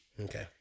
Okay